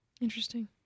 interesting